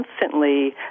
constantly